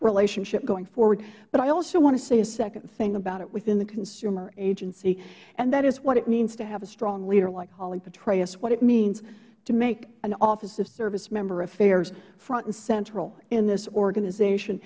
relationship going forward but i also want to say a second thing about it within the consumer agency and that is what it means to have a strong leader like holly petraeus what it means to make an office of servicemember affairs front and central in this organization